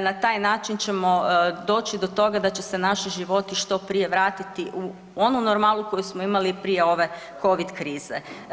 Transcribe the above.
na taj način ćemo doći do toga da će se naši životi što prije vratiti u onu normalu koju smo imali prije ove COVID krize.